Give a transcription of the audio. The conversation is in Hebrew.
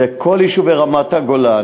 זה כל יישובי רמת-הגולן,